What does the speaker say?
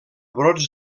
brots